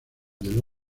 del